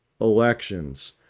elections